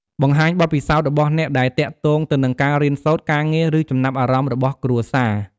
បង្ហាញបទពិសោធន៍របស់អ្នកដែលទាក់ទងទៅនឹងការរៀនសូត្រ ការងារ ឬចំណាប់អារម្មណ៍របស់គ្រួសារ។